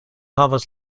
havas